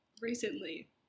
recently